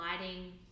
lighting